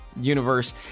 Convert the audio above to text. universe